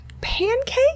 pancake